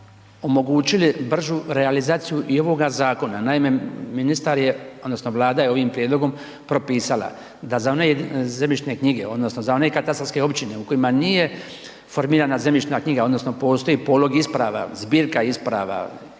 omogućili bržu realizaciju i ovoga zakona, naime, ministar odnosno Vlada je ovim prijedlogom propisala da za one zemljišne knjige odnosno za one katastarske općine u kojima nije formirana zemljišna knjiga odnosi postoji polog isprava, zbirka isprava